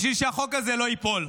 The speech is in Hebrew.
בשביל שהחוק הזה לא ייפול,